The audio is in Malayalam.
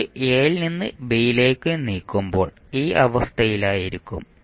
സ്വിച്ച് എയിൽ നിന്ന് ബിയിലേക്ക് നീക്കുമ്പോൾ ഈ അവസ്ഥയായിരിക്കും